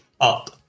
Up